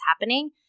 happening